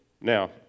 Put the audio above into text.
Now